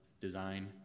design